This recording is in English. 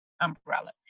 umbrella